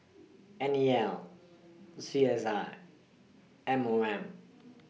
N E L C S I M O M